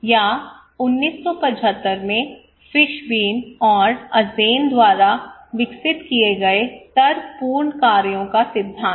या 1975 में फिशबीन और अज़ेन द्वारा विकसित किए गए तर्कपूर्ण कार्यों का सिद्धांत